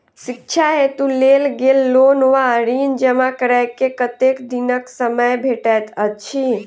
शिक्षा हेतु लेल गेल लोन वा ऋण जमा करै केँ कतेक दिनक समय भेटैत अछि?